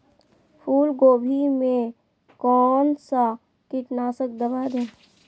फूलगोभी में कौन सा कीटनाशक दवा दे?